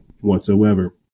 whatsoever